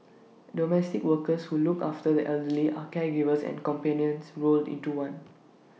domestic workers who look after the elderly are caregivers and companions rolled into one